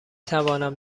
توانم